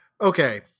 Okay